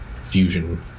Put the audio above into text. fusion